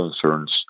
concerns